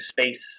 space